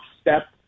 step